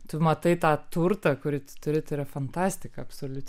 tu matai tą turtą kurį turi tai yra fantastika absoliuti